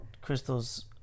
Crystal's